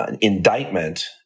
indictment